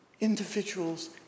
individuals